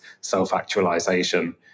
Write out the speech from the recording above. self-actualization